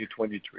2023